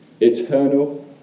Eternal